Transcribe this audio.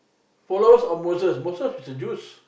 follow our Moses Moses is a Jews